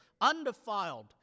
undefiled